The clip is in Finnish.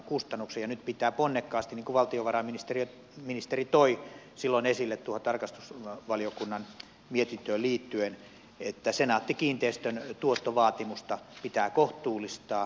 nyt pitää ponnekkaasti niin kuin valtiovarainministeri toi silloin esille tuohon tarkastusvaliokunnan mietintöön liittyen senaatti kiinteistön tuottovaatimusta kohtuullistaa